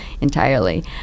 entirely